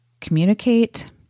Communicate